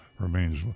remains